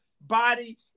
Body